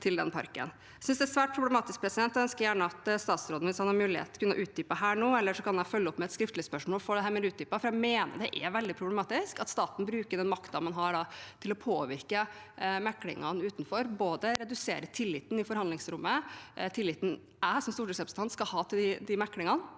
Jeg synes det er svært problematisk. Jeg vil gjerne at statsråden, hvis han har mulighet, utdyper dette nå, eller jeg kan følge opp med et skriftlig spørsmål for å få en ytterligere utdyping, for jeg mener det er veldig problematisk at staten bruker den makten man har, til å påvirke meklingen utenfor – både redusere tilliten i forhandlingsrommet, tilliten jeg som stortingsrepresentant skal ha til de meklingene,